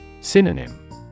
Synonym